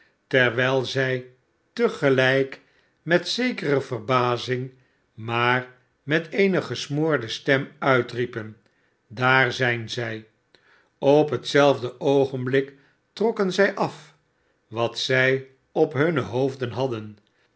terwijl zij te gelijk met zekere verbazing maar met eene gesmoorde stem uitriepen daar zijn zij op hetzelfde oogenblik trokken zij af wat zij op hunne hoofden hadden